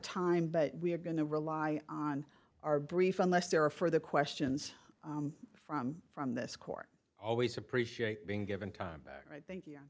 time but we're going to rely on our brief unless there are further questions from from this court always appreciate being given time i think y